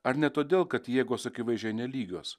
ar ne todėl kad jėgos akivaizdžiai nelygios